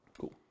Cool